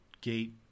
Gate